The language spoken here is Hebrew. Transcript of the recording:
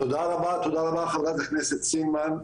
תודה רבה, חברת הכנסת סילמן.